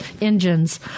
engines